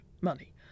money